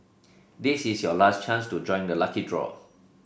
this is your last chance to join the lucky draw